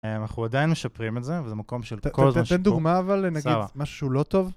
אנחנו עדיין משפרים את זה, וזה מקום של כל הזמן שיפור. תתן דוגמה אבל, נגיד, משהו לא טוב.